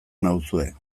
nauzue